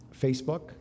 Facebook